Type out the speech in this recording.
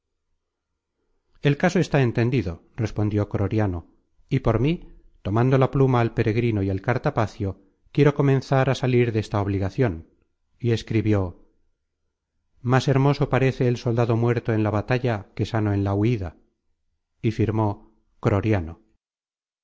el caso está entendido respondió croriano y por mí tomando la pluma al peregrino y el cartapacio quiero comenzar á salir desta obligacion y escribió más hermoso parece el soldado muerto en la batalla que sano en la huida y firmó croriano